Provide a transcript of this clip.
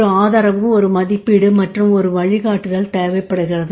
ஒரு ஆதரவு ஒரு மதிப்பீடு மற்றும் ஒரு வழிகாட்டுதல் தேவைப்படுகிறது